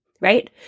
right